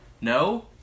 No